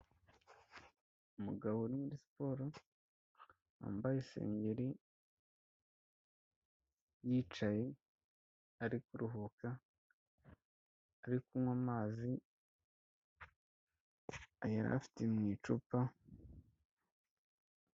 Umugabo uri muri siporo wambayeyi isengeri yicaye ari kuruhuka, ari kunywa amazi yari afite mu icupa.